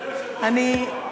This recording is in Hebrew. אדוני היושב-ראש,